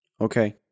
Okay